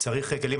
צריך כלי צמ"ה,